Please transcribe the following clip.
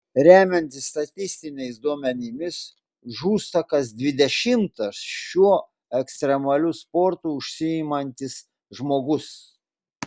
remiantis statistiniais duomenims žūsta kas dvidešimtas šiuo ekstremaliu sportu užsiimantis žmogus